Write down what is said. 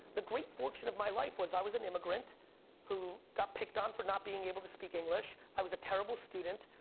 the great fortune of my life was i was an immigrant who got picked on for not being able to speak english. i was a terrible student,